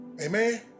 Amen